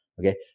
Okay